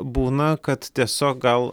būna kad tiesiog gal